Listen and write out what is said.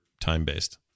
time-based